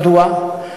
מדוע?